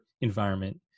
environment